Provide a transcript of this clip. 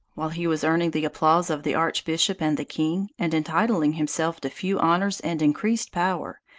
while he was earning the applause of the archbishop and the king, and entitling himself to few honors and increased power,